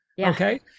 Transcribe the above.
Okay